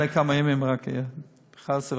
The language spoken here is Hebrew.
לפני כמה ימים רק העירו אותי.